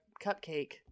cupcake